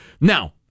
Now